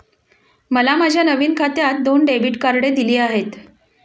मला माझ्या नवीन खात्यात दोन डेबिट कार्डे दिली आहेत